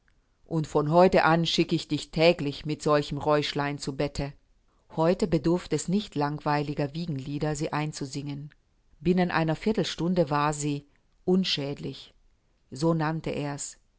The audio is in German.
und von heute an schick ich dich täglich mit solchem räuschlein zu bette heute bedurft es nicht langweilender wiegenlieder sie einzusingen binnen einer viertelstunde war sie unschädlich so nannte er's